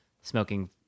smoking